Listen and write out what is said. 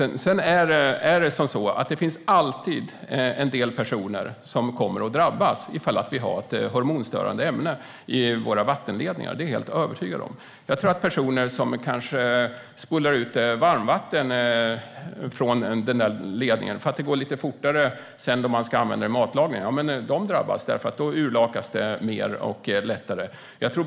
Det finns alltid personer som kommer att drabbas om vi har ett hormonstörande ämne i vattenledningarna - jag är helt övertygad om detta. Personer kanske spolar ut varmvatten från den där ledningen eftersom det går lite fortare när man ska använda det i matlagningen. De kommer att drabbas eftersom ämnet då utsöndras mer och lättare.